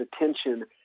attention